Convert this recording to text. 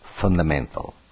fundamental